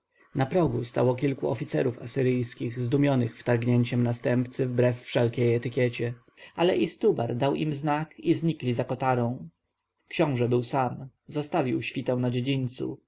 na progu stało kilku oficerów asyryjskich zdumionych wtargnięciem następcy wbrew wszelkiej etykiecie ale istubar dał im znak i znikli za kotarą książę był sam zostawił świtę na dziedzińcu